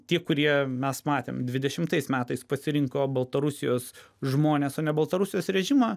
tie kurie mes matėm dvidešimtais metais pasirinko baltarusijos žmones o ne baltarusijos režimą